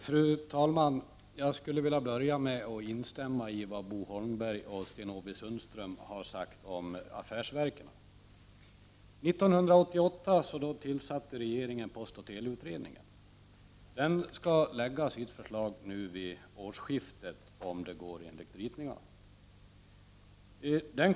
Fru talman! Jag skulle vilja börja med att instämma i vad Bo Holmberg och Sten-Ove Sundström har sagt om affärsverken. 1988 tillsatte regeringen postoch teleutredningen. Den skall, om det går enligt ritningarna, lägga fram sitt förslag vid årsskiftet.